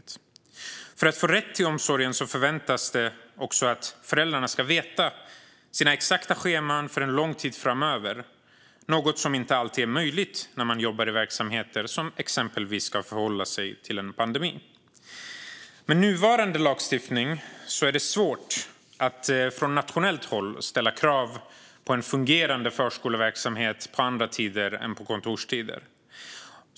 För att få rätt till omsorgen förväntas föräldrarna också känna till sina exakta scheman för lång tid framöver, något som inte alltid är möjligt när de jobbar i exempelvis verksamheter som ska förhålla sig till en pandemi. Med nuvarande otydliga lagstiftning är det svårt att från nationellt håll ställa krav på en fungerande förskoleverksamhet på andra tider än kontorstid.